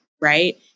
right